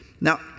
Now